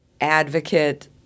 advocate